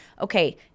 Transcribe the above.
okay